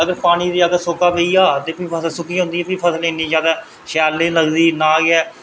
ते अगर सुक्का पेई जा ते भी फसल सुक्की जंदी ऐ शैल निं लगदी ते ना गै